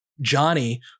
Johnny